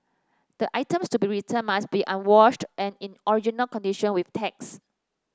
the items to be returned must be unwashed and in original condition with tags